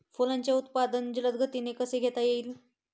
फुलांचे उत्पादन जलद गतीने कसे घेता येईल?